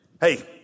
Hey